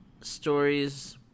stories